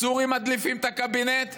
הסורים מדליפים מהקבינט,